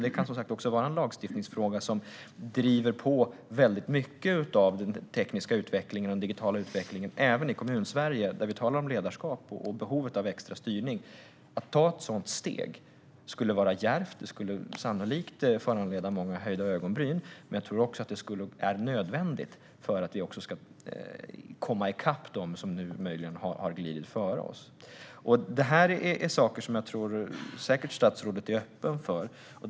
Det kan, som sagt, också vara en lagstiftningsfråga som driver på mycket av den tekniska utvecklingen och den digitala utvecklingen även i Kommunsverige, där vi talar om ledarskap och behovet av extra styrning. Att ta ett sådant steg skulle vara djärvt, och det skulle sannolikt föranleda många höjda ögonbryn. Men jag tror också att det är nödvändigt för att vi ska komma i kapp dem som nu möjligen har glidit före oss. Detta är saker som jag tror att statsrådet säkert är öppen för.